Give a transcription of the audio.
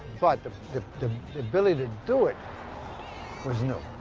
but the ability to do it was new.